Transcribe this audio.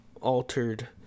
altered